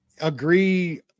Agree